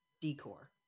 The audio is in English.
decor